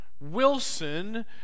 Wilson